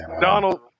Donald